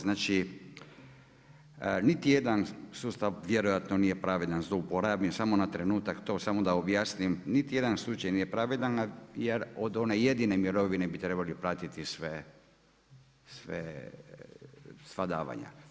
Znači, niti jedan sustav vjerojatno nije pravedan, ovo rabim samo na trenutak to, samo da objasnim, niti jedan slučaj nije pravedan jer od one jedine mirovine bi trebali platiti sva davanja.